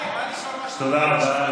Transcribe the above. תודה רבה.